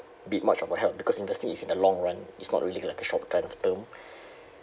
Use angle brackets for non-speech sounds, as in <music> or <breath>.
be much of help because investing is in the long run it's not really like a short kind of term <breath>